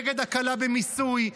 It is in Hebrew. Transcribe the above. נגד הקלה במיסוי,